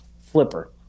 Flipper